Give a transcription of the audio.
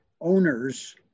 owners